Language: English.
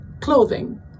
clothing